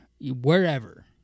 wherever